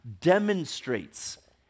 demonstrates